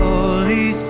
Holy